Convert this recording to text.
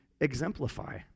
exemplify